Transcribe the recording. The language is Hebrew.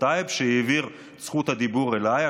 טייב והוא העביר את זכות הדיבור אליי,